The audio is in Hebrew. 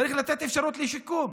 צריך לתת אפשרות לשיקום.